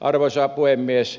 arvoisa puhemies